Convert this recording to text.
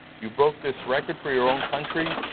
you broke this record for your own country,